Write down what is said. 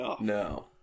No